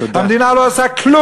המדינה לא עושה, תודה.